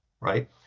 Right